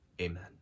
Amen